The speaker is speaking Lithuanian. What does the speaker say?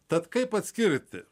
tad kaip atskirti